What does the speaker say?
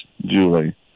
Julie